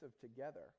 together